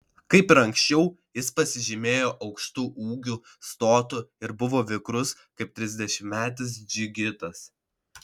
kaip ir anksčiau jis pasižymėjo aukštu ūgiu stotu ir buvo vikrus kaip trisdešimtmetis džigitas